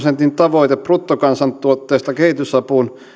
tavoite bruttokansantuotteesta kehitysapuun